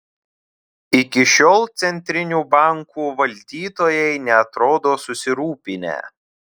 iki šiol centrinių bankų valdytojai neatrodo susirūpinę